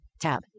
Tab